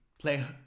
play